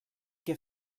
què